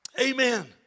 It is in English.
Amen